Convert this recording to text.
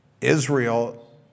Israel